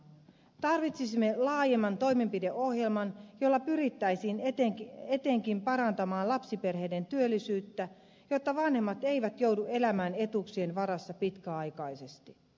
tarvitsisimme laajemman toimenpideohjelman jolla pyrittäisiin parantamaan etenkin lapsiperheiden työllisyyttä jotta vanhemmat eivät joudu elämään etuuksien varassa pitkäaikaisesti